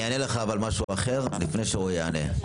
אענה לך משהו אחר לפני שרועי יענה,